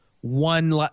one